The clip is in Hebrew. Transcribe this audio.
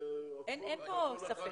אין פה ספק,